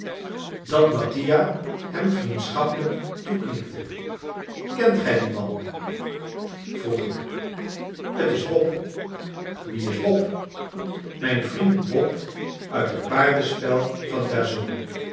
dat mattia hem vriendschappelijk toeknikte kent gij dien man vroeg ik t is bob wie is bob mijn vriend bob uit het paardenspel van